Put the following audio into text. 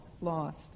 lost